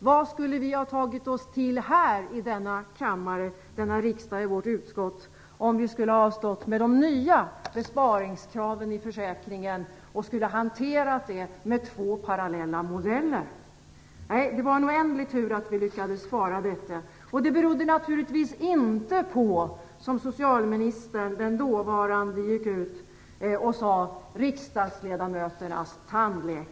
Vad skulle vi ha tagit oss till här i denna kammare i riksdagen, i vårt utskott, om vi skulle ha behövt hantera de nya besparingskraven i en försäkring med två parallella modeller? Det var en oändlig tur att vi lyckades hindra detta. Det berodde naturligtvis inte på riksdagsledamöternas tandläkarskräck, som den dåvarande socialministern sade.